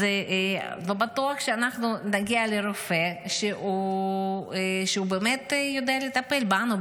אז לא בטוח שאנחנו נגיע לרופא שבאמת יודע לטפל בנו,